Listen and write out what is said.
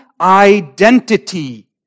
identity